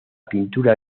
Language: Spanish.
pintura